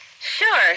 Sure